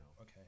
okay